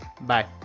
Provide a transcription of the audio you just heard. bye